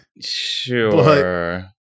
sure